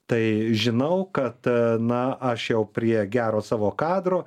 tai žinau kad na aš jau prie gero savo kadro